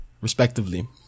respectively